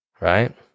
right